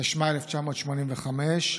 התשמ"א 1985,